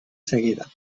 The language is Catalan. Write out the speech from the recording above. seguida